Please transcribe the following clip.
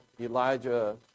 Elijah